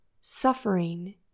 Suffering